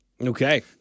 Okay